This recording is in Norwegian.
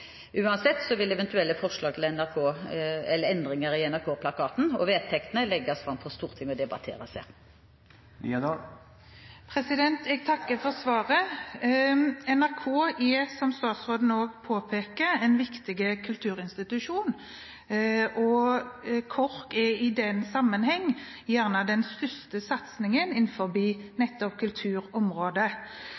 Uansett vil eventuelle forslag til endringer i NRK-plakaten og vedtektene legges fram for og debatteres i Stortinget. Jeg takker for svaret. NRK er – som også statsråden påpeker – en viktig kulturinstitusjon. KORK er i den sammenheng den største satsingen